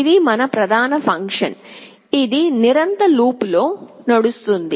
ఇది మన ప్రధాన ఫంక్షన్ ఇది నిరంతర లూప్లో నడుస్తుంది